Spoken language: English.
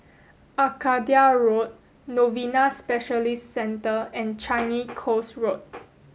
Arcadia Road Novena Specialist Centre and Changi Coast Road